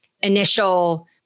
initial